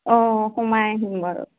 অঁ সোমাই আহিম বাৰু